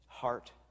heart